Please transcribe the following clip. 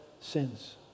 sins